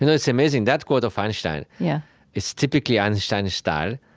and it's amazing that quote of einstein yeah is typically einstein's style.